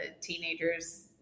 teenagers